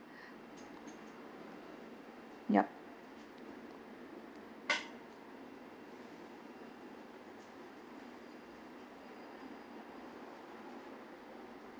yup